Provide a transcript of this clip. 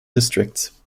districts